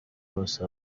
bose